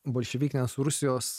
bolševikinės rusijos